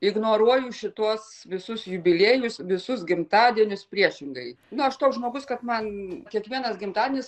ignoruoju šituos visus jubiliejus visus gimtadienius priešingai na aš toks žmogus kad man kiekvienas gimtadienis